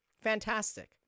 Fantastic